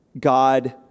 God